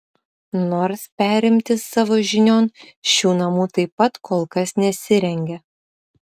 nors perimti savo žinion šių namų taip pat kol kas nesirengia